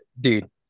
Dude